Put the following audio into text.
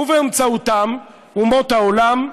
ובאמצעותם, אומות העולם: